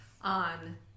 On